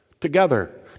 together